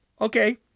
Okay